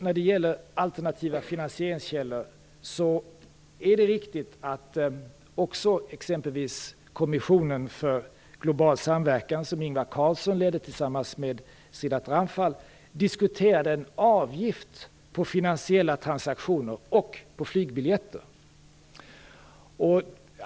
När det gäller alternativa finansieringskällor är det riktigt att också exempelvis Kommissionen för global samverkan, som Ingvar Carlsson leder tillsammans med Shridath Ramphal, diskuterade en avgift på finansiella transaktioner och på flygbiljetter.